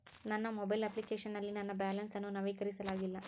ನನ್ನ mobile application ನಲ್ಲಿ ನನ್ನ ಬ್ಯಾಲೆನ್ಸ್ ಅನ್ನು ನವೀಕರಿಸಲಾಗಿಲ್ಲ